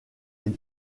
est